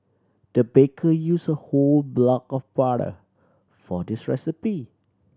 the baker used a whole block of butter for this recipe